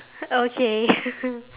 okay